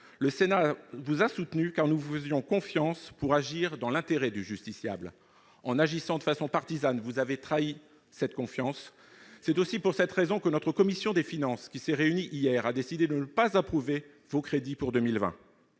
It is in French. le Sénat vous a soutenu, car nous vous faisions confiance pour agir dans l'intérêt du justiciable. En agissant de façon partisane, vous avez trahi cette confiance. Démission ! C'est aussi pour cette raison que notre commission des finances, lors de sa réunion d'hier, a décidé de ne pas approuver ces crédits pour 2020.